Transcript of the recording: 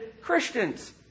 Christians